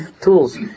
tools